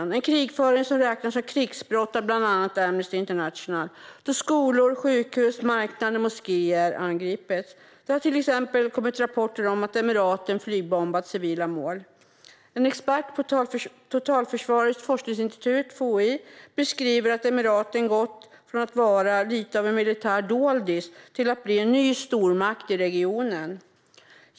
Det är en krigföring som räknas som krigsbrott av bland annat Amnesty International då skolor, sjukhus, marknader och moskéer angripits. Det har till exempel kommit rapporter om att Emiraten flygbombat civila mål. En expert på Totalförsvarets forskningsinstitut, FOI, beskriver att Emiraten gått från att vara lite av en militär doldis till att bli en ny stormakt i regionen.